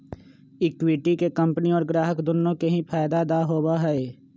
equity के company और ग्राहक दुन्नो के ही फायद दा होबा हई